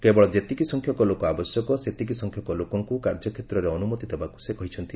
କେବଳ ଯେତିକି ସଂଖ୍ୟକ ଲୋକ ଆବଶ୍ୟକ ସେତିକି ସଂଖ୍ୟକ ଲୋକଙ୍କୁ କାର୍ଯ୍ୟକ୍ଷେତ୍ରରେ ଅନୁମତି ଦେବାକୁ ସେ କହିଛନ୍ତି